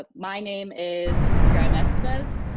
ah my name is yuraima estevez.